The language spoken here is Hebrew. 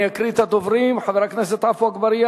אני אקריא את שמות הדוברים: חבר הכנסת עפו אגבאריה,